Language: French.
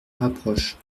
rapproche